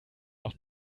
auch